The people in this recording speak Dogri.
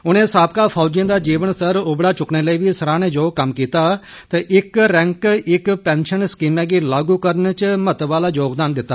उनें साबका फौजियें दा जीवन स्तर उबड़ा चुक्कने लेई बी सराहनेजोग कम्म कीता ते इक रैंक इक पैंशन स्कीमा गी लागू करने च महत्व आला योगदान कीता